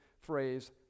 phrase